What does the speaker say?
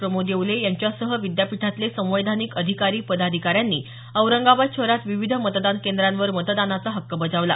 प्रमोद येवले यांच्यासह विद्यापीठातले संवैधानिक अधिकारी पदाधिकारी यांनी औरंगाबाद शहरात विविध मतदान केंद्रांवर मतदानाचा हक्क बजावला